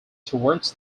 towards